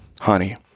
honey